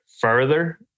further